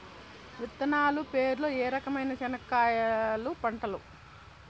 విత్తనాలు పేర్లు ఏ రకమైన చెనక్కాయలు పంటలు?